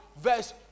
verse